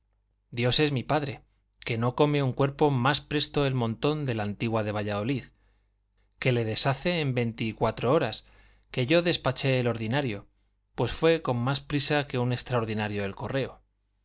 dios es mi padre que no come un cuerpo más presto el montón de la antigua de valladolid que le deshace en veinte y cuatro horas que yo despaché el ordinario pues fue con más prisa que un extraordinario el correo